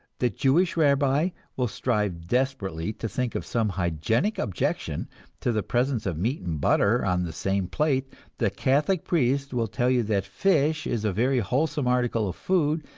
the jewish rabbi will strive desperately to think of some hygienic objection to the presence of meat and butter on the same plate the catholic priest will tell you that fish is a very wholesome article of food,